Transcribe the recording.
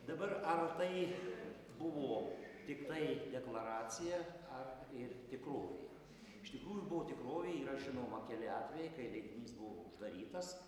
dabar ar tai buvo tiktai deklaracija ar ir tikrovė iš tikrųjų buvo tikrovė yra žinoma keli atvejai kai leidinys buvo uždarytas